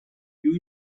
più